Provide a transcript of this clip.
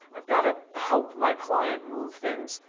i've got to help my client move things,